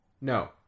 no